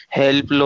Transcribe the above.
help